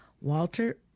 Walter